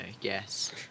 Yes